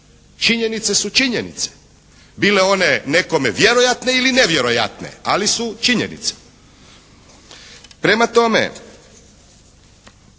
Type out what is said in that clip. Činjenice su činjenice, bile one nekome vjerojatne ili nevjerojatne ali su činjenice. Prema tome,